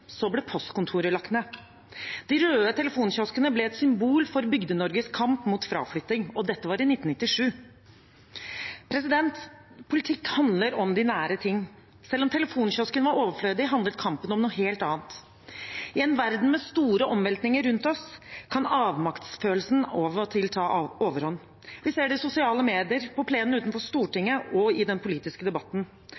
Så ble postkontoret lagt ned. De røde telefonkioskene ble et symbol for Bygde-Norges kamp mot fraflytting. Og dette var i 1997. Politikk handler om de nære ting. Selv om telefonkiosken var overflødig, handlet kampen om noe helt annet. I en verden med store omveltninger rundt oss kan avmaktsfølelsen av og til ta overhånd. Vi ser det i sosiale medier, på plenen utenfor